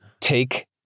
Take